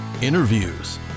interviews